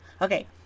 Okay